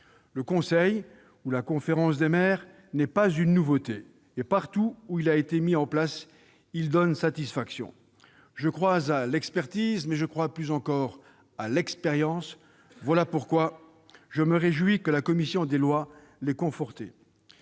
Le conseil ou la conférence des maires n'est pas une nouveauté et donne satisfaction partout où il a été mis en place. Je crois à l'expertise, mais je crois plus encore à l'expérience. Voilà pourquoi je me réjouis que la commission des lois l'ait conforté.